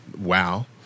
Wow